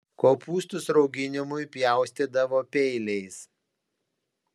kopūstus rauginimui pjaustydavo peiliais